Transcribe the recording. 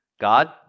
God